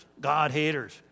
God-haters